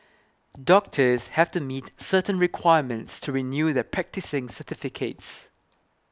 doctors have to meet certain requirements to renew their practising certificates